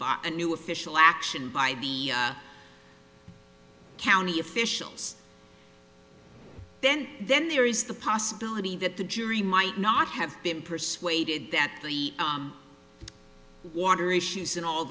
bought a new official action by the county officials then then there is the possibility that the jury might not have been persuaded that the water a shoes and all